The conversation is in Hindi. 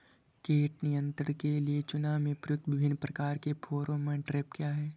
कीट नियंत्रण के लिए चना में प्रयुक्त विभिन्न प्रकार के फेरोमोन ट्रैप क्या है?